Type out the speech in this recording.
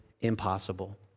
impossible